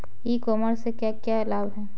ई commerce से क्या क्या लाभ हैं?